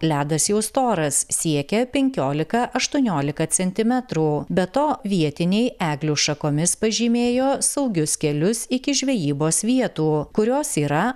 ledas jau storas siekia penkiolika aštuoniolika centimetrų be to vietiniai eglių šakomis pažymėjo saugius kelius iki žvejybos vietų kurios yra